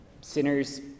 Sinners